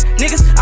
niggas